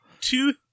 Two